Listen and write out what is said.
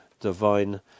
divine